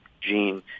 gene